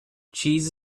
cheese